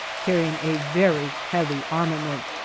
carrying a very heavy armament.